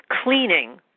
cleaning